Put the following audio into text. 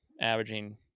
averaging